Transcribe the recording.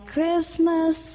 Christmas